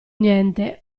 niente